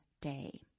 day